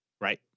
Right